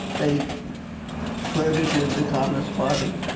they flirted with the communist party,